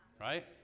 Right